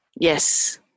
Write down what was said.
yes